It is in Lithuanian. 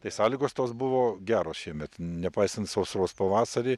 tai sąlygos tos buvo geros šiemet nepaisant sausros pavasarį